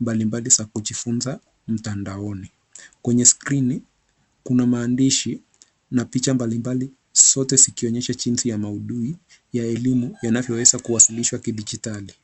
mbalimbali za kujifunza mtandaoni. Kwenye skrini, kuna maandishi na picha mbalimbali zote zikionyesha jinsi ya maudhui ya elimu yanavyoweza kuwasilishwa kidijitali.